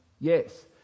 yes